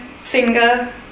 singer